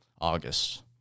August